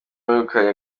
wegukanye